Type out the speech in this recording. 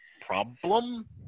problem